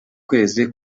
kwezi